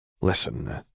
Listen